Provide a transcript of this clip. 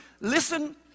listen